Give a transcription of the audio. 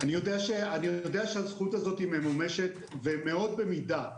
אני יודע שהזכות הזאת ממומשת ומאוד במידה.